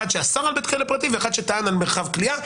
אחד שאסר על בית כלא פרטי והשני שטען על מרחב כליאה.